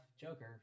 Joker